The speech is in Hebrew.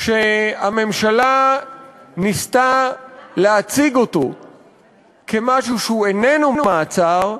שהממשלה ניסתה להציג כמשהו שאיננו מעצר,